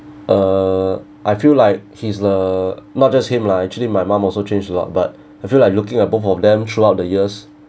uh I feel like he's the not just him lah actually my mom also changed a lot but I feel like looking at both of them throughout the years